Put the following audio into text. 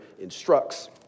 instructs